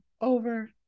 over